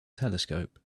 telescope